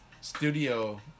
Studio